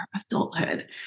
adulthood